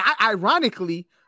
ironically